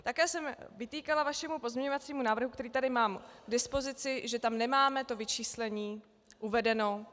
Také jsem vytýkala vašemu pozměňovacímu návrhu, který tady mám k dispozici, že tam nemáme to vyčíslení uvedeno.